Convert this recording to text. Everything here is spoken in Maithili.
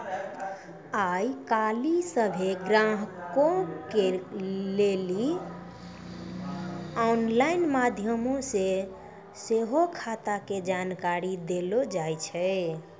आइ काल्हि सभ्भे ग्राहको के लेली आनलाइन माध्यमो से सेहो खाता के जानकारी देलो जाय छै